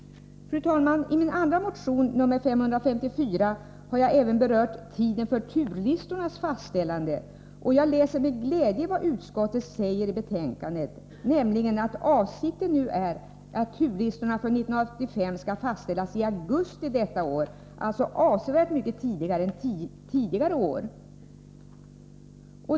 Fru talman! I min andra motion, nr 554, har jag även berört tiden för turlistornas fastställande, och jag läser med glädje vad utskottet säger i betänkandet, nämligen att avsikten nu är att turlistorna för 1985 skall fastställas i augusti detta år. Det är avsevärt mycket tidigare än förr.